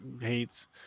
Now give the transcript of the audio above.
hates